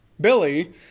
Billy